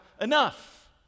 enough